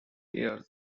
years